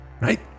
right